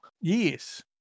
Yes